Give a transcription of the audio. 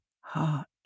heart